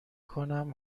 کنم